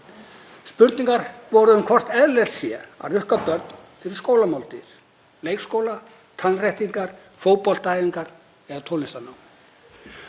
Spurningarnar voru um hvort eðlilegt væru að rukka börn fyrir skólamáltíðir, leikskóla, tannréttingar, fótboltaæfingar eða tónlistarnám.